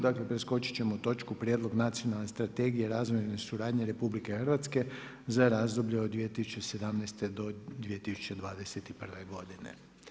Dakle preskočiti ćemo točku Prijedlog nacionalne strategije razvojne suradnje RH za razdoblje od 2017. do 2021. godine.